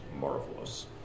marvelous